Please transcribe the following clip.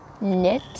knit